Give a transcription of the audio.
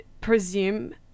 presume